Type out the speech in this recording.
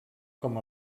com